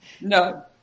No